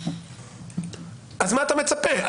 אז מה אתה מצפה?